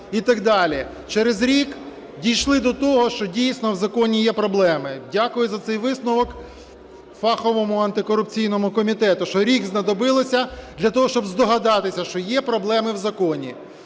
Через рік дійшли до того, що дійсно в законі є проблеми. Дякую за цей висновок фаховому антикорупційному комітету, що рік знадобилося для того, щоб здогадатися, що є проблеми в законі.